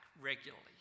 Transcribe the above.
regularly